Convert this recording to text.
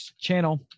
channel